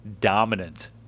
dominant